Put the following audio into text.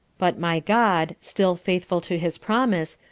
but my god, still faithful to his promise,